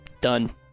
Done